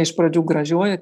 iš pradžių gražiuoju